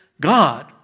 God